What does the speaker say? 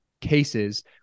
cases